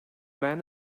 man